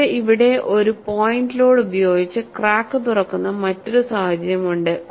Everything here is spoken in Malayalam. നിങ്ങൾക്ക് ഇവിടെ ഒരു പോയിന്റ് ലോഡ് ഉപയോഗിച്ച് ക്രാക്ക് തുറക്കുന്ന മറ്റൊരു സാഹചര്യമുണ്ട്